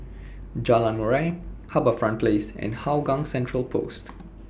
Jalan Murai HarbourFront Place and Hougang Central Post